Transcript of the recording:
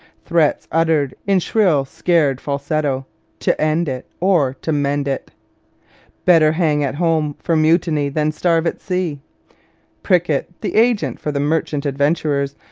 threats uttered in shrill scared falsetto to end it or to mend it better hang at home for mutiny than starve at sea prickett, the agent for the merchant adventurers,